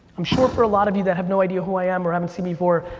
i'm sure for a lot of you that have no idea who i am or haven't seen before,